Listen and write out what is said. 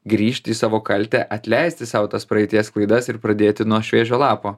grįžti į savo kaltę atleisti sau tas praeities klaidas ir pradėti nuo šviežio lapo